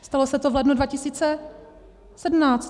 Stalo se to v lednu 2017.